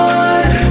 one